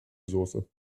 soße